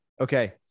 Okay